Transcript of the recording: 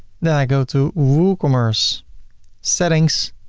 then i go to woocommerce settings